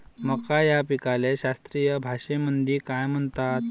मका या पिकाले शास्त्रीय भाषेमंदी काय म्हणतात?